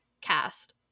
cast